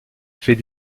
fait